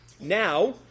Now